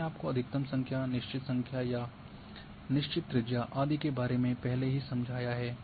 मैंने आपको अधिकतम संख्या निश्चित संख्या या निश्चित त्रिज्या आदि के बारे में पहले ही सुझाया है